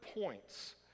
points